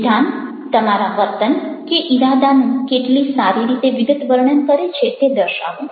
વિધાન તમારા વર્તન કે ઈરાદાનું કેટલી સારી રીતે વિગતવર્ણન કરે છે તે દર્શાવો